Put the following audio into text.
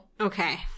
Okay